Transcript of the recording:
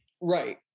right